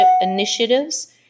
initiatives